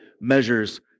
measures